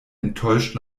enttäuscht